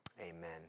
amen